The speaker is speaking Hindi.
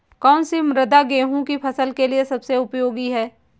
कौन सी मृदा गेहूँ की फसल के लिए सबसे उपयोगी है?